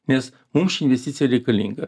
nes mums ši investicija reikalinga